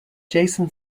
jason